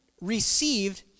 received